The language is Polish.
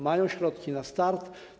Mają środki na start.